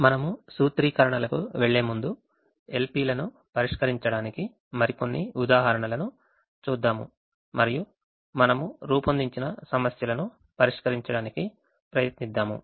మనము సూత్రీకరణలకు వెళ్లేముందు LP లను పరిష్కరించడానికి మరికొన్ని ఉదాహరణలను చూద్దాము మరియు మనము రూపొందించిన సమస్యలను పరిష్కరించడానికి ప్రయత్నిద్దాము